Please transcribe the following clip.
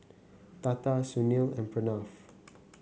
Tata Sunil and Pranav